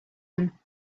them